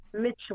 Mitchell